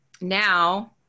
now